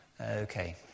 Okay